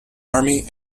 army